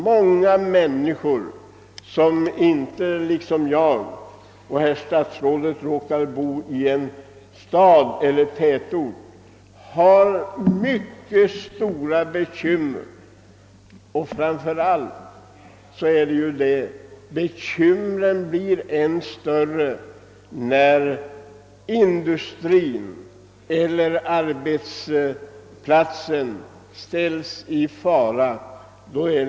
Många människor vilka inte liksom jag och herr statsrådet råkar bo i en stad eller en tätort har mycket stora bekymmer, som blir särskilt kännbara när deras sysselsättning kommer i faro zonen.